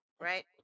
right